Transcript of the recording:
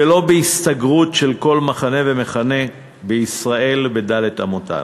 ולא בהסתגרות של כל מחנה ומחנה בישראל בד' אמותיו.